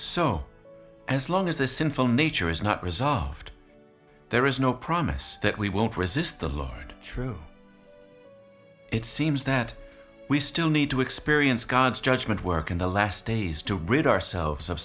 so as long as the sinful nature is not resolved there is no promise that we will resist the lord true it seems that we still need to experience god's judgment work in the last days to rid ourselves of